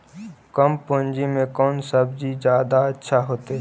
कम पूंजी में कौन सब्ज़ी जादा अच्छा होतई?